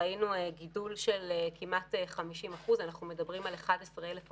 ראינו גידול של כמעט 50%. אנחנו מדברים על 11,400